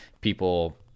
people